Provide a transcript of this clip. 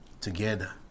Together